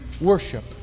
worship